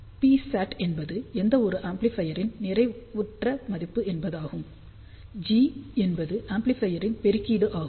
Psat என்பது எந்த ஒரு ஆம்ப்ளிபையரின் நிறைவுற்ற மதிப்பு என்பதாகும் G என்பது ஆம்ப்ளிபையரின் பெருக்கீடு ஆகும்